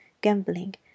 gambling